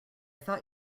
thought